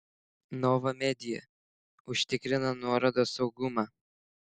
nova media užtikrina nuorodos saugumą